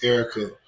Erica